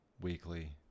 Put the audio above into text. weekly